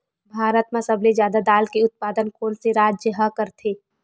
भारत मा सबले जादा दाल के उत्पादन कोन से राज्य हा करथे?